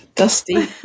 Dusty